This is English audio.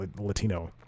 Latino